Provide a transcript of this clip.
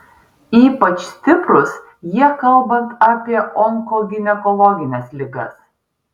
ypač stiprūs jie kalbant apie onkoginekologines ligas